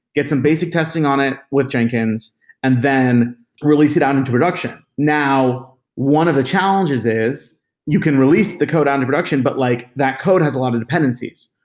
get some basic testing on it with jenkins and then release it on into production. now one of the challenges is you can release the code on to production, but like that code has a lot of dependencies.